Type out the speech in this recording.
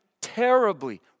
terribly